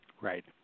Right